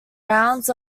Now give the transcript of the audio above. rounds